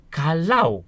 kalau